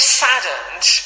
saddened